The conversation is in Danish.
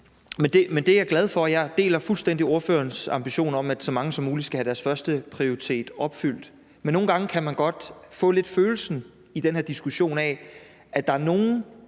Tak. Det er jeg glad for. Jeg deler fuldstændig ordførerens ambition om, at så mange som muligt skal have deres førsteprioritet opfyldt, men nogle gange kan man i den her diskussion godt lidt få den